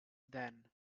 then